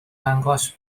dangos